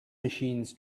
machines